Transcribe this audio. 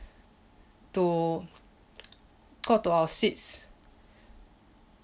to got to our seats